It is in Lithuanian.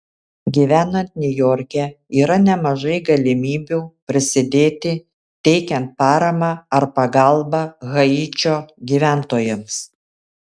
gyvenant niujorke yra nemažai galimybių prisidėti teikiant paramą ar pagalbą haičio gyventojams